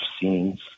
scenes